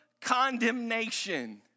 condemnation